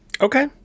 Okay